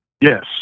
Yes